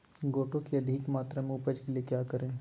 गोटो की अधिक मात्रा में उपज के लिए क्या करें?